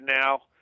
now